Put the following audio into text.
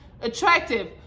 attractive